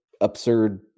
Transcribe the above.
absurd